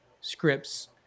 scripts